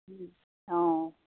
অঁ